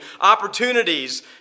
opportunities